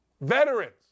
Veterans